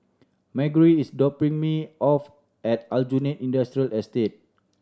Margery is dropping me off at Aljunied Industrial Estate